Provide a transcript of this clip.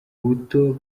buto